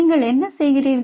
நீங்கள் என்ன செய்கிறீர்கள்